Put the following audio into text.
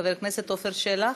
חבר הכנסת עפר שלח,